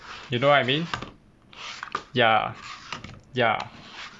you know what I mean ya ya